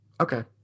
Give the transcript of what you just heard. Okay